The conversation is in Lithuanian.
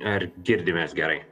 ar girdimės gerai